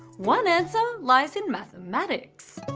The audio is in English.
one answer lies in mathematics.